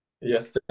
Yes